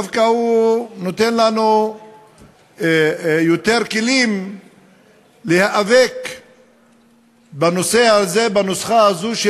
דווקא נותנת לנו יותר כלים להיאבק בנושא הזה,